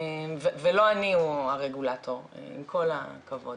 ולא אני הוא הרגולטור עם כל הכבוד.